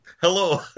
Hello